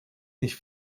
nicht